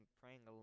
praying